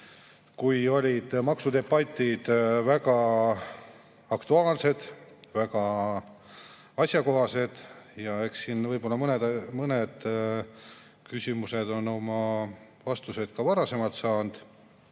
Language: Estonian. kui maksudebatid olid väga aktuaalsed ja väga asjakohased. Eks siin võib-olla mõned küsimused on vastused ka varasemalt saanud.